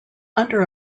under